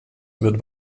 wird